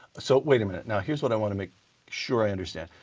so wait a minute, here's what i want to make sure i understand,